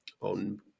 on